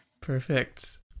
perfect